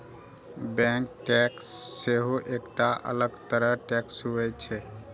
bank tax सेहो एकटा अलग तरह टैक्स होइ छै